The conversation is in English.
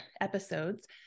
episodes